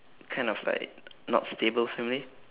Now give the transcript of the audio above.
kind of like not stable family